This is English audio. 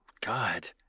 God